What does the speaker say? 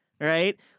right